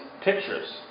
pictures